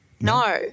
no